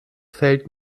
fällt